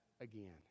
again